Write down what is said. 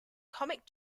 comic